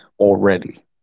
Already